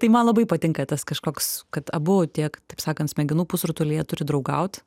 tai man labai patinka tas kažkoks kad abu tiek taip sakant smegenų pusrutuliai jie turi draugaut